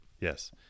Yes